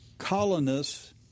colonists